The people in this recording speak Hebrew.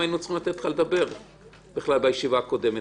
היינו צריכים לתת לך לדבר בישיבה הקודמת?